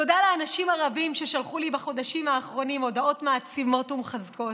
תודה לאנשים הרבים ששלחו לי בחודשים האחרונים הודעות מעצימות ומחזקות.